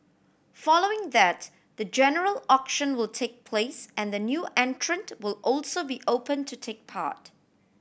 following that the general auction will take place and the new entrant will also be open to take part